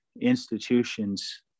institutions